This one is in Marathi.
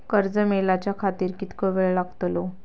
कर्ज मेलाच्या खातिर कीतको वेळ लागतलो?